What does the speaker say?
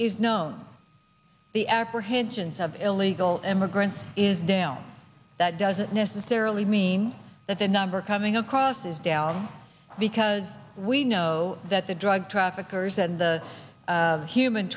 is known the apprehensions of illegal immigrants is down that doesn't necessarily mean that the number coming across is down because we know that the drug traffickers and the human